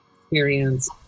experience